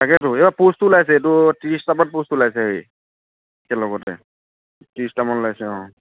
তাকেইতো এইবাৰ প'ষ্টো ওলাইছে এইটো ত্ৰিছটামান প'ষ্ট ওলাইছে হেৰি একেলগতে ত্ৰিছটামান ওলাইছে অ'